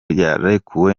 yarekuwe